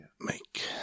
make